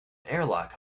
airlock